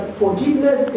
forgiveness